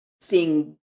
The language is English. seeing